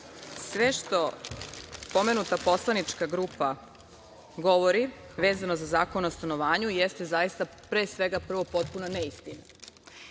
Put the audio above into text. Sve što pomenuta poslanička grupa govori vezano za Zakon o stanovanju, jeste zaista, pre svega, prvo potpuna neistina